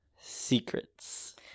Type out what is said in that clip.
Secrets